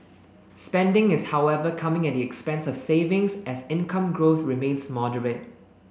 spending is however coming at the expense of savings as income growth remains moderate